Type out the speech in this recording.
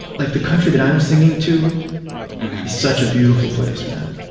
like, the country that i'm singing to is such a beautiful place, man.